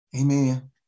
amen